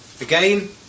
Again